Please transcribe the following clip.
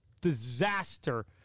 disaster